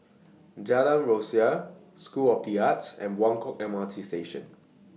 Jalan Rasok School of The Arts and Buangkok M R T Station